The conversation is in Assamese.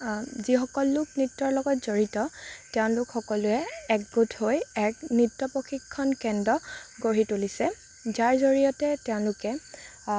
যিসকল লোক নৃত্যৰ লগত জড়িত তেওঁলোক সকলোৱে একগোট হৈ এক নৃত্য প্ৰশিক্ষণ কেন্দ্ৰ গঢ়ি তুলিছে যাৰ জড়িয়তে তেওঁলোকে